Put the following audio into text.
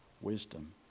wisdom